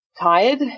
tired